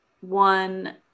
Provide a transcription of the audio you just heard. one